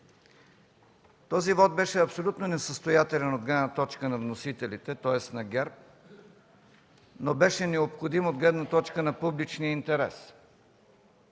Този вот беше абсолютно несъстоятелен от гледна точка на вносителите, тоест на ГЕРБ, но беше необходим от гледна точка на публичния интерес.